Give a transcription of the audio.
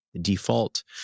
default